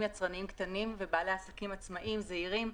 יצרניים קטנים ובעלי עסקים עצמאים זעירים.